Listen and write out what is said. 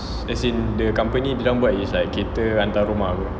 as in the company dorang buat is like cater hantar rumah [pe]